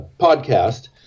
podcast